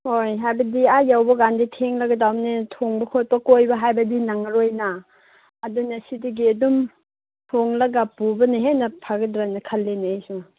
ꯍꯣꯏ ꯍꯥꯏꯕꯗꯤ ꯑꯥ ꯌꯧꯕ ꯀꯥꯟꯗꯤ ꯊꯦꯡꯂꯒꯗꯧꯕꯅꯤꯅ ꯊꯣꯡꯕ ꯈꯣꯠꯄ ꯀꯣꯏꯕ ꯍꯥꯏꯕꯗꯤ ꯅꯪꯉꯔꯣꯏꯅ ꯑꯗꯨꯅ ꯁꯤꯗꯒꯤ ꯑꯗꯨꯝ ꯊꯣꯡꯂꯒ ꯄꯨꯕꯅ ꯍꯦꯟꯅ ꯐꯒꯗ꯭ꯔꯅ ꯈꯜꯂꯤꯅꯦ ꯑꯩꯁꯨ